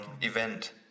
event